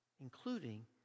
Including